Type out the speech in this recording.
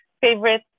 favorite